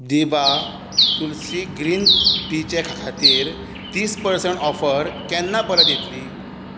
दिभा तुलसी ग्रीन टीचे खातीर तीस पर्सेंट ऑफर केन्ना परत येतली